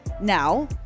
Now